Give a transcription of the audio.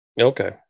Okay